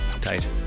Tight